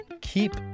keep